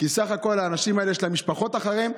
כי בסך הכול לאנשים האלה יש משפחות מאחוריהם.